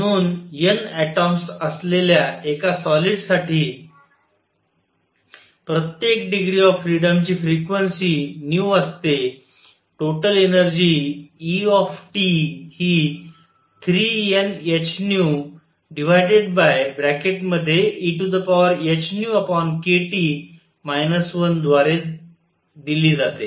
म्हणून N atoms असलेल्या एका सॉलिड साठी प्रत्येक डिग्री ऑफ फ्रीडम ची फ्रिक्वेन्सी असते टोटल एनर्जी E हि 3NhehνkT 1द्वारे दिली जाते